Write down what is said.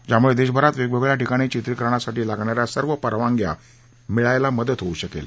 ज्यामुळे देशभरात वेगवेगळ्या ठिकाणी चित्रिकरणासाठी लागणा या सर्व परवानग्या मिळायला मदत होऊ शकेल